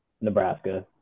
Nebraska